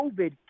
COVID